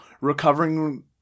recovering